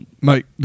Mike